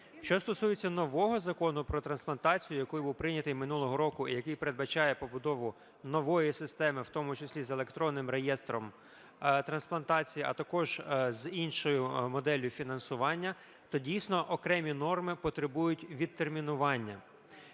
Що стосується нового Закону про трансплантацію, який був прийнятий минулого року і який передбачає побудову нової системи, в тому числі з електронним реєстром трансплантації, а також з іншою моделлю фінансування, то дійсно окремі норми потребують відтермінування.